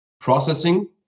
processing